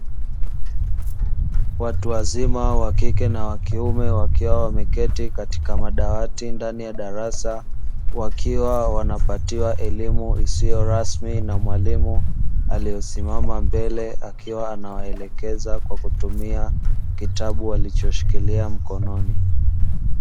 Watu wazima wakike na wa kiume wakiwa wameketi katika madawati ndani ya darasa, wakiwa wanapatiwa elimu isiyo rasmi na mwalimu aliyosimama mbele akiwa anawaelekeza kwa kutumia kitabu alichoshikilia mkononi.